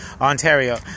Ontario